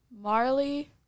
Marley